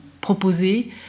proposer